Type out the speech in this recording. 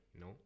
no